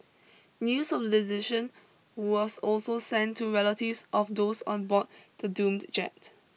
news of the decision was also sent to relatives of those on board to doomed jet